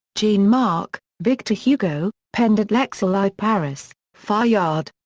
jean-marc, victor hugo pendant l'exil i. paris fayard.